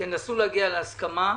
נסו להגיע להסכמה.